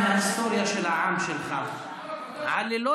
עשיתי את זה.